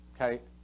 okay